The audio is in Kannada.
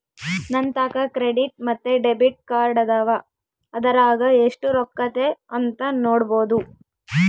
ನಂತಾಕ ಕ್ರೆಡಿಟ್ ಮತ್ತೆ ಡೆಬಿಟ್ ಕಾರ್ಡದವ, ಅದರಾಗ ಎಷ್ಟು ರೊಕ್ಕತೆ ಅಂತ ನೊಡಬೊದು